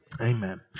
Amen